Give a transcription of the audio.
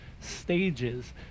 stages